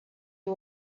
you